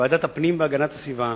בוועדת הפנים והגנת הסביבה